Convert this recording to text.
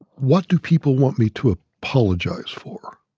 what do people want me to ah apologize for?